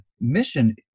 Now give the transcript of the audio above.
mission